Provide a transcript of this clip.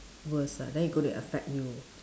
worse ah then it gonna affect you